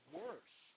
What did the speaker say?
worse